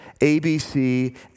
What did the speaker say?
ABC